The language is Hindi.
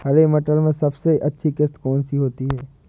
हरे मटर में सबसे अच्छी किश्त कौन सी होती है?